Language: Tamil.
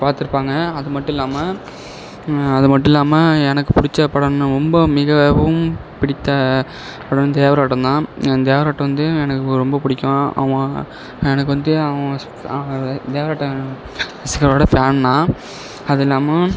பார்த்துருப்பாங்க அது மட்டும் இல்லாமல் அது மட்டும் இல்லாமல் எனக்குப் பிடிச்ச படம்னு ரொம்ப மிகவும் பிடித்த படம் வந்து தேவராட்டம் தான் தேவராட்டம் வந்து எனக்கு ரொம்ப பிடிக்கும் அவங்க எனக்கு வந்து அவங்க தேவராட்டம் ஓட ஃபேன் நான் அதுவும் இல்லாமல்